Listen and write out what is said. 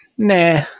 Nah